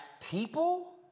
people